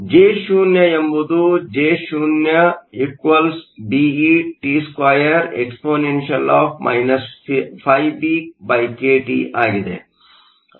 J0 ಎಂಬುದು J0 BeT2 exp ϕBkT ಆಗಿದೆ